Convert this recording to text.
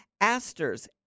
Asters